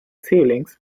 ceilings